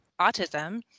autism